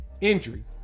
injury